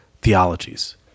theologies